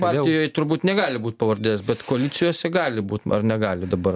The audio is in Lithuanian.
partijoj turbūt negali būt pavardės bet koalicijose gali būt ar negali dabar